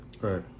Right